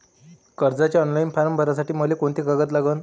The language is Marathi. कर्जाचे ऑनलाईन फारम भरासाठी मले कोंते कागद लागन?